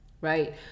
right